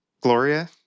Gloria